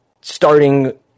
starting